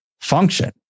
function